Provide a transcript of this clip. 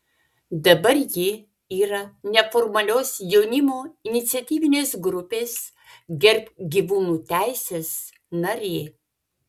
dabar ji yra neformalios jaunimo iniciatyvinės grupės gerbk gyvūnų teises narė